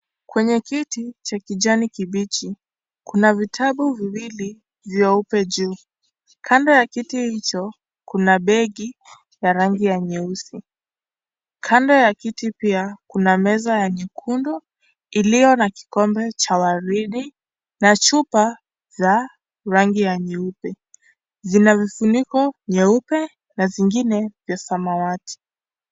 Kwenye kiti cha kijani kibichi, kuna vitabu viwili vyeupe juu. Kando ya kiti hicho kuna begi ya rangi ya nyeusi. Kando ya kiti pia kuna meza ya rangi ya nyekundu iliyo na kikombe cha waridi na chupa za rangi ya nyeupe. Zina vifuniko nyeupe na zingine vya samawati.